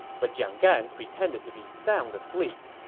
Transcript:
but jiang gan pretended to be sound asleep.